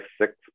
six